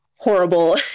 horrible